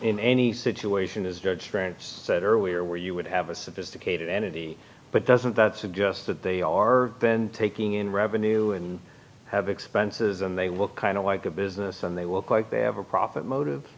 in any situation as your trainers said earlier where you would have a sophisticated entity but doesn't that suggest that they are then taking in revenue and have expenses and they will kind of like a business and they will quite they have a profit motive